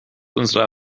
unsere